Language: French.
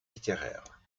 littéraire